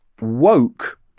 woke